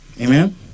Amen